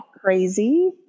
crazy